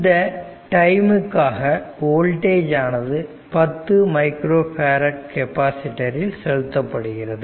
இந்த டைம் காக வோல்டேஜ் ஆனது 10 மைக்ரோ பேரட் கெப்பாசிட்டரில் செலுத்தப்படுகிறது